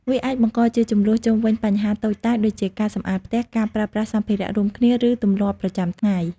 វាអាចបង្កជាជម្លោះជុំវិញបញ្ហាតូចតាច ដូចជាការសម្អាតផ្ទះ ការប្រើប្រាស់សម្ភារៈរួមគ្នា ឬទម្លាប់ប្រចាំថ្ងៃ។